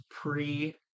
pre-